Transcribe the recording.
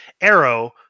Arrow